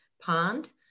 Pond